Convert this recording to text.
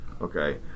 Okay